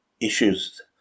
issues